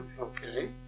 Okay